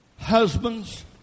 Husbands